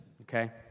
Okay